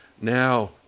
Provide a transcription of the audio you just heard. now